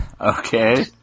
Okay